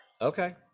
okay